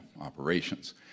operations